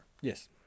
Yes